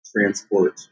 transport